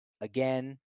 again